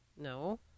No